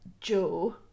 Joe